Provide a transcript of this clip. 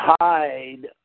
hide